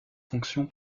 fonction